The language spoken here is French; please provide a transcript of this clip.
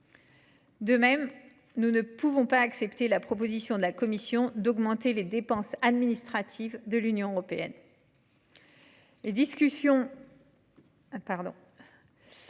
De même, nous ne pouvons pas accepter la proposition de la Commission d’augmenter les dépenses administratives de l’Union européenne.